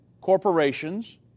corporations